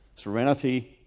serenity,